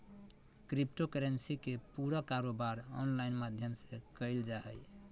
crypto currency के पूरा कारोबार ऑनलाइन माध्यम से क़इल जा हइ